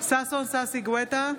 ששון ששי גואטה,